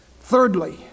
thirdly